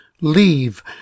leave